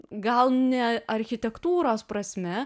gal ne architektūros prasme